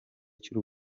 cy’u